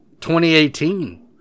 2018